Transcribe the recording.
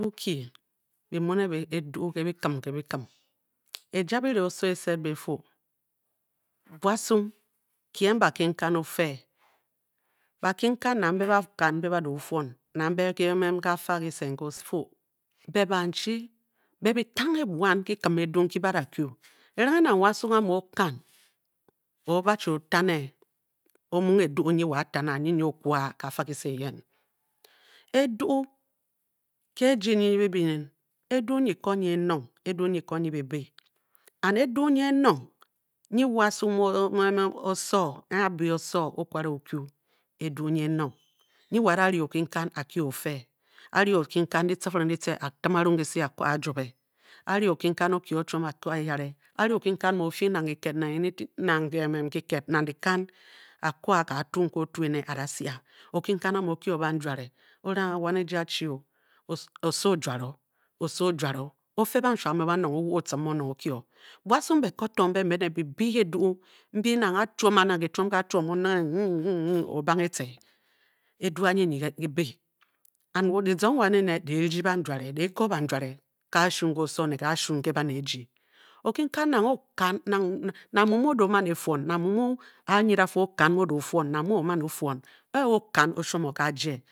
Ke boki be mu ne edu ke bikim ke bikim. eja bira oso e-sed be e-fu buasung kye bakinkan ofe. bakinkan na mbe ba da o fuon. ne mbe ka fa kise be banchi be bi tangke buan kikim edu nki ba da kyu erenghe nang wasung amu o-kan. o-bachi o-tane-e o-mung edu nyi wo a-tanghe a. nyi o-kwa a ihe ga fa kise eyen. Edu ke ejii nyen. nyi bi byi nyin. edu niji ko nyi enong. edu nyi ko nyi bibe and edu nyin enong nyi wasung mu oso. a bi oso o-kware o-kyu edu nyi enong nyi wo ada re okirikan a kyi ofe. a-ri okirikan diticifiring ditce a-tim anong kisi a-ko a ajuobe a-ri okunkan o-kyi o chiom a-ko eyere. a-ri okinkan muo o fing na kiked kiked nang kikan. a ko a katuu nke o-tu ene a-da si a. okinkan amu o-kyi o banyuare. o-ranga wan ejiji a-chi o. oso o-juare o oso o-juare o. ofe banshum mbe banong o-wo otcum o-kye o. busuang mbe ko to ihbe be ne bibe edu mbyi nang a-tuom a nang kituom nki a-tuom. ongihe hin hin hino-banghe e-tce-e. edu anyi nyi guibe and kisong wan ene. deh rdi banjuaredeh kobanjuare ke kashu nke oso ne gashu nke bane ejii okinkan nang o-kan nang mu muu nang mu mu o-da o man e-fuon. nang mu mu a-nyid a-fu o-kan mu o da o man e-fuon na muo-o man o-fuon. o-o-kan o-shum o ke a jye. a-kware mu a da kyi one amu ofe.